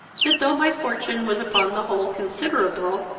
that, though my fortune was upon the whole considerable,